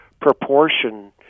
proportion